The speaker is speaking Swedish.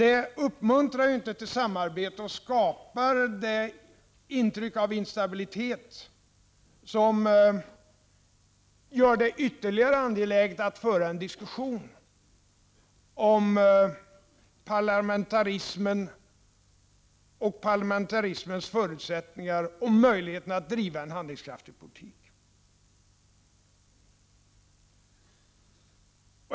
Detta uppmuntrar inte till samarbete, och det skapar det intryck av instabilitet som gör det än mer angeläget att föra en diskussion om parlamentarismens förutsättningar och om möjligheterna att driva en handlingskraftig politik.